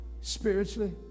Spiritually